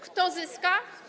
Kto zyska?